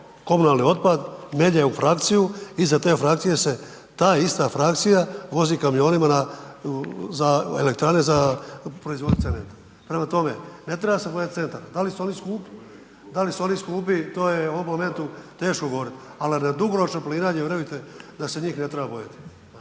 komunalni otpad melje u frakciju i iza te frakcije se ta ista frakcija vozi kamionima za elektrane za proizvodnju cementa. Prema tome, ne treba se bojat centra, da li su oni skupi, da li su oni skupi, to je u ovom momentu teško govoriti ali na dugoročno planiranje, vjerujte da se njih ne treba bojati,